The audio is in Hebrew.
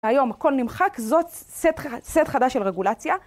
היום הכל נמחק, זאת סט חדש של רגולציה.